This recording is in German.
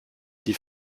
die